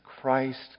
Christ